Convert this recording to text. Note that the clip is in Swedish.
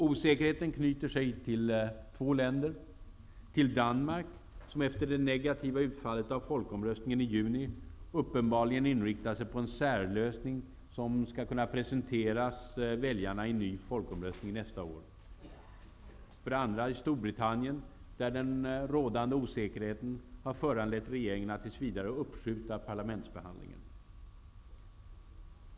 Osäkerheten knyter sig nu till två länder: - Danmark, som efter det negativa utfallet av folkomröstningen i juni uppenbarligen inriktar sig på en särlösning som skall kunna presenteras väljarna i en ny folkomröstning nästa år, — Storbritannien, där den rådande osäkerheten har föranlett regeringen att tills vidare uppskjuta parlamentsbehandlingen.